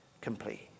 complete